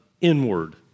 inward